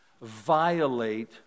violate